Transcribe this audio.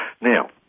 now